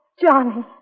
Johnny